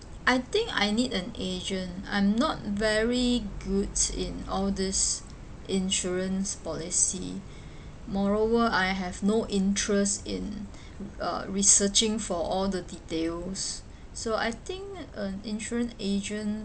I think I need an agent I'm not very good in all these insurance policy moreover I have no interest in uh researching for all the details so I think an insurance agent